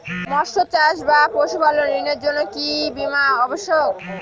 মৎস্য চাষ বা পশুপালন ঋণের জন্য কি বীমা অবশ্যক?